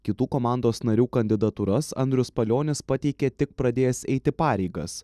kitų komandos narių kandidatūras andrius palionis pateikė tik pradėjęs eiti pareigas